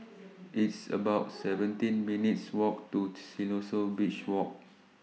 It's about seventeen minutes' Walk to Siloso Beach Walk